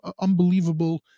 unbelievable